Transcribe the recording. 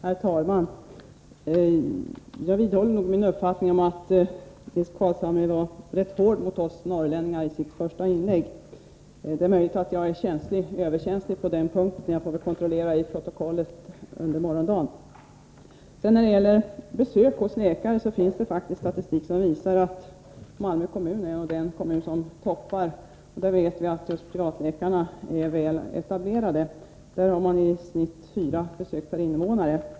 Herr talman! Jag vidhåller min uppfattning att Nils Carlshamre var rätt hård mot oss norrlänningar i sitt första inlägg. Det är möjligt att jag är överkänslig på den punkten — jag får väl kontrollera det i protokollet under morgondagen. Det finns faktiskt statistik över besök hos läkare som visar att Malmö kommun är den kommun som toppar listan över antalet besök. Vi vet också att privatläkarna är väl etablerade just där. De har i genomsnitt fyra besök per invånare.